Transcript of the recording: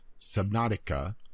Subnautica